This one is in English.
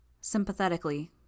Sympathetically